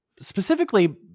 specifically